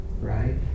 right